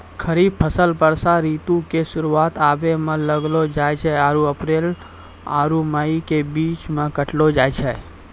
खरीफ फसल वर्षा ऋतु के शुरुआते मे लगैलो जाय छै आरु अप्रैल आरु मई के बीच मे काटलो जाय छै